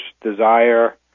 desire